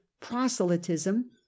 proselytism